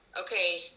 Okay